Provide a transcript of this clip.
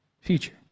future